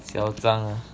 嚣张 ah